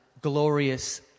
glorious